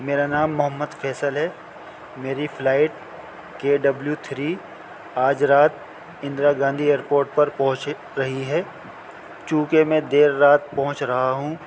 میرا نام محمد فیصل ہے میری فلائٹ کے ڈبلیو تھری آج رات اندرا گاندھی ایئر پورٹ پر پہنچے رہی ہے چونکہ میں دیر رات پہنچ رہا ہوں